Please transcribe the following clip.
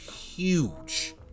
huge